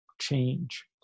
change